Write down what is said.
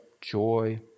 joy